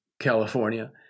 California